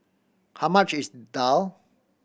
how much is daal